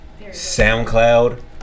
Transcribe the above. SoundCloud